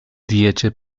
wiecie